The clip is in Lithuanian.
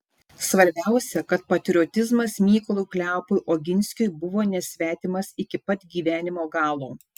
svarbiausia kad patriotizmas mykolui kleopui oginskiui buvo nesvetimas iki pat gyvenimo galo